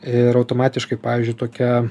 ir automatiškai pavyzdžiui tokia